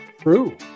True